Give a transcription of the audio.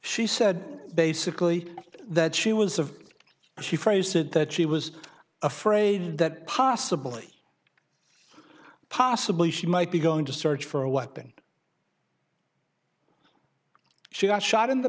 she said basically that she was of she phrased it that she was afraid that possibly possibly she might be going to search for a weapon she got shot in the